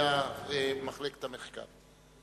ממחלקת המחקר.